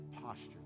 posture